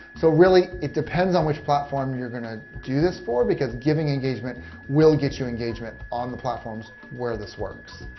so really it depends on which platform you're going to do this for because giving engagement will get you engagement on the platforms where this works.